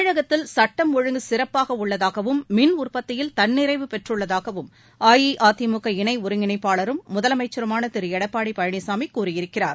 தமிழகத்தில் சுட்டம் ஒழுங்கு சிறப்பாக உள்ளதாகவும் மின் உற்பத்தியில் தன்னிறைவு பெற்றுள்ளதாகவும் அஇஅதிமுக இணை ஒருங்கிணைப்பாளரும் முதலமைச்சருமான திரு எடப்பாடி பழனிசாமி கூறியிருக்கிறார்